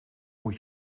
moet